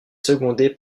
secondé